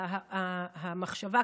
המחשבה,